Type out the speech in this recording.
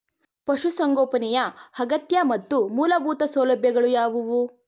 ಪಶುಸಂಗೋಪನೆಯ ಅಗತ್ಯ ಮತ್ತು ಮೂಲಭೂತ ಸೌಲಭ್ಯಗಳು ಯಾವುವು?